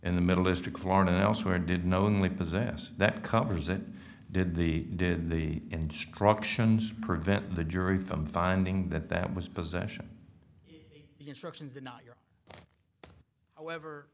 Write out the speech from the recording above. in the middle district florida elsewhere did knowingly possess that covers and did the did the instructions prevent the jury from finding that that was possession instructions